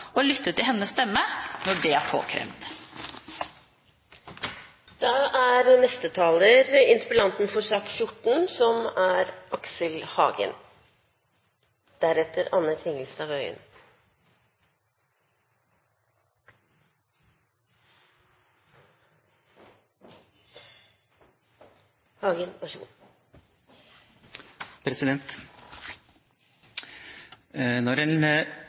og lytte til hennes stemme når det er påkrevd. Da er neste taler interpellanten i sak nr. 14, Aksel Hagen.